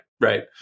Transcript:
right